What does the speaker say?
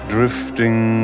Drifting